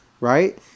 right